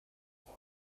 euch